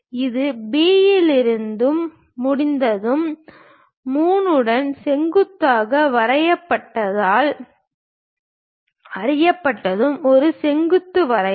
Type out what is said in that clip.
இது B இலிருந்து முடிந்ததும் 3 வும் செங்குத்தாக வரையப்பட்டதாக அறியப்பட்டதும் ஒரு செங்குத்து வரையவும்